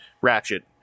Ratchet